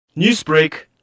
Newsbreak